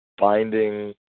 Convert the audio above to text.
finding